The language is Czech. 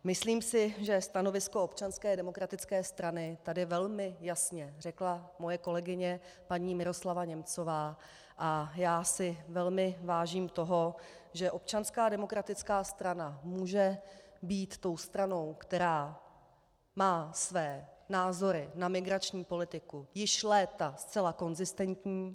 Myslím si, že stanovisko od Občanské demokratické strany tady velmi jasně řekla moje kolegyně paní Miroslava Němcová, a já si velmi vážím toho, že Občanská demokratická strana může být tou stranou, která má své názory na migrační politiku již léta zcela konzistentní.